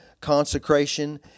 consecration